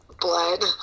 blood